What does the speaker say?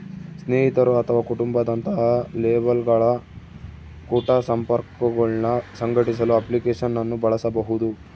ಸ್ನೇಹಿತರು ಅಥವಾ ಕುಟುಂಬ ದಂತಹ ಲೇಬಲ್ಗಳ ಕುಟ ಸಂಪರ್ಕಗುಳ್ನ ಸಂಘಟಿಸಲು ಅಪ್ಲಿಕೇಶನ್ ಅನ್ನು ಬಳಸಬಹುದು